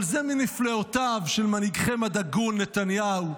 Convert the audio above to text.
אבל זה מנפלאותיו של מנהיגכם הדגול נתניהו,